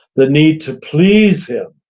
the need to please him,